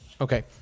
Okay